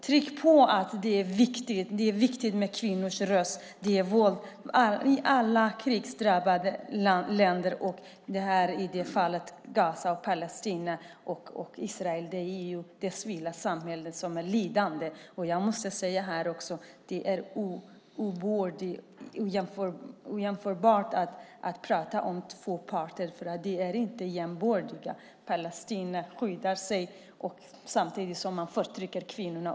Tala om att det är viktigt med kvinnors röst i alla krigsdrabbade länder, och i det här fallet Gaza, Palestina och Israel. Det är det civila samhället som blir lidande. Det går inte att tala om två parter eftersom de inte är jämbördiga. Palestina skyddar sig samtidigt som man förtrycker kvinnorna.